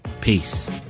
peace